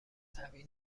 مذهبی